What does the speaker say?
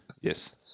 yes